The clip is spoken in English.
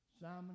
Simon